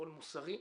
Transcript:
קול מוסרי.